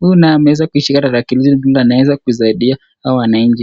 Huyu naye ameweza kushika darakilishi na anaweza kusaidia hawa wananchi.